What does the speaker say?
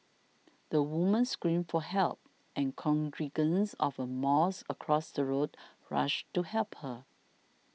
the woman screamed for help and congregants of a mosque across the road rushed to help her